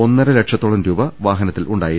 ഒന്നര ലക്ഷ ത്തോളം രൂപ വാഹനത്തിലുണ്ടായിരുന്നു